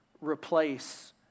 Replace